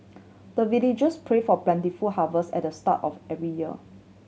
the villagers pray for plentiful harvest at the start of every year